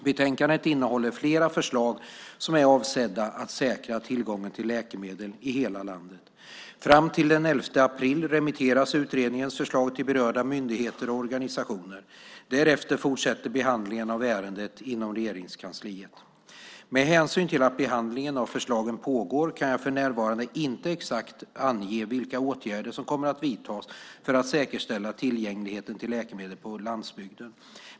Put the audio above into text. Betänkandet innehåller flera förslag som är avsedda att säkra tillgången till läkemedel i hela landet. Fram till den 11 april remitteras utredningens förslag till berörda myndigheter och organisationer. Därefter fortsätter beredningen av ärendet inom Regeringskansliet. Med hänsyn till att behandling av förslagen pågår kan jag för närvarande inte exakt ange vilka åtgärder som kommer att vidtas för att säkerställa tillgängligheten till läkemedel på landsbygden.